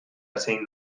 zein